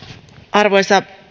arvoisa